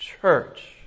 church